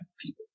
people